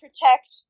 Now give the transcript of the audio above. protect